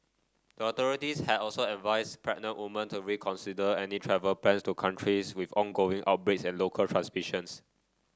the authorities had also advised pregnant woman to reconsider any travel plans to countries with ongoing outbreaks and local transmissions